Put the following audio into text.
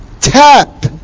tap